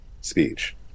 speech